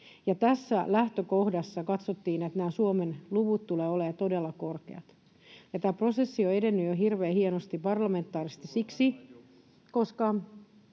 Tässä lähtökohdassa katsottiin, että nämä Suomen luvut tulevat olemaan todella korkeat. Tämä prosessi on jo edennyt hirveän hienosti parlamentaarisesti siksi,